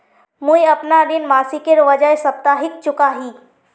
मुईअपना ऋण मासिकेर बजाय साप्ताहिक चुका ही